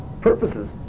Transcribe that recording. purposes